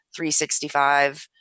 365